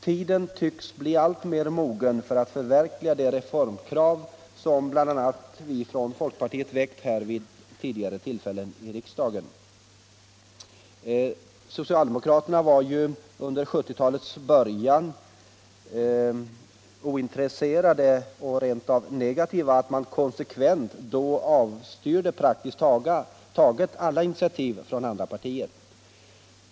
Tiden tycks bli alltmer mogen för att förverkliga de reformkrav som bl.a. vi från folkpartiet vid flera tillfällen har väckt i riksdagen. Socialdemokraterna var under 1970-talets början så ointresserade och rent av negativa att de konsekvent avstyrde praktiskt taget alla initiativ från andra partier.